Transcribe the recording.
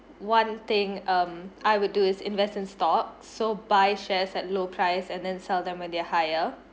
one thing um I would do is invest in stock so buy shares at low price and then sell them when they're higher